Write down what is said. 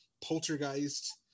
poltergeist